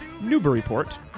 Newburyport